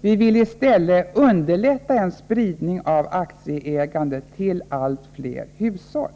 Vi vill i stället underlätta en spridning av aktieägandet till allt fler hushåll.